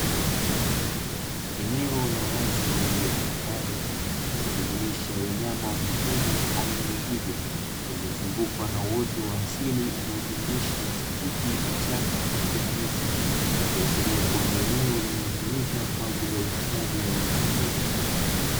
Eneo la wazi lililo tambarare linalojumuisha wanyama wa mwituni aina ya twiga, lililozunguka na uoto wa asili unajumuisha nyasi fupi, vichaka pamoja na miti ikiashiria kuwa ni eneo linalotumika kwajili ya hifadhi ya wanyama pori.